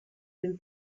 den